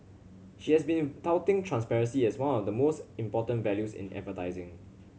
she has been touting transparency as one of the most important values in advertising